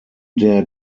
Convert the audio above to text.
der